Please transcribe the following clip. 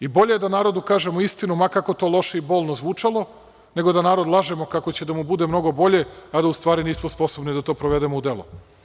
Bolje je da narodu kažemo istinu, ma kako to loše i bolno zvučalo, nego da narod lažemo kako će da mu bude mnogo bolje, a da u stvari nismo sposobni da to provedemo u delo.